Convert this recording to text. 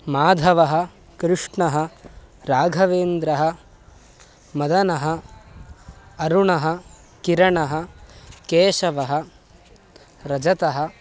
माधवः कृष्णः राघवेन्द्रः मदनः अरुणः किरणः केशवः रजतः